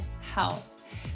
health